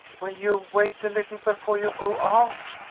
will you wait a little before you go out?